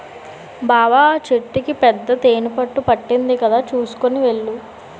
బావా ఆ చెట్టుకి పెద్ద తేనెపట్టు పట్టింది కదా చూసుకొని వెళ్ళు